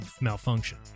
malfunction